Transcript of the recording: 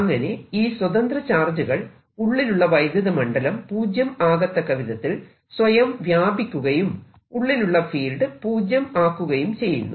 അങ്ങനെ ഈ സ്വതന്ത്ര ചാർജുകൾ ഉള്ളിലുള്ള വൈദ്യുത മണ്ഡലം പൂജ്യം ആകത്തക്കവിധത്തിൽ സ്വയം വ്യാപിക്കുകയും ഉള്ളിലുള്ള ഫീൽഡ് പൂജ്യം ആക്കുകയും ചെയ്യുന്നു